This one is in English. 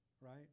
right